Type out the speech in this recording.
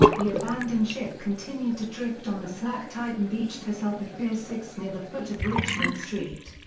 the abandoned ship continued to drift on the slack tide and beached herself at pier six near the foot of richmond street.